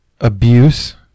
Abuse